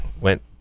went